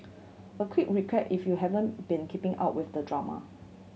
a quick recap if you haven't been keeping up with the drama